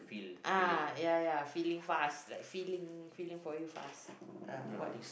ah ya ya filling fast like filling filling for you fast uh what